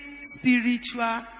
spiritual